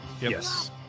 Yes